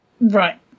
Right